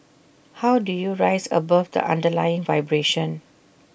how do you rise above the underlying vibration